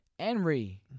Henry